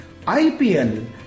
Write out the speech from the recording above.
IPL